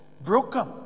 broken